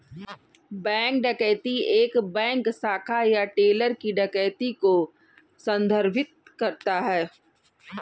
bank डकैती एक bank शाखा या टेलर की डकैती को संदर्भित करता है